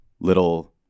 Little